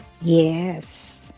Yes